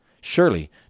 Surely